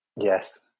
Yes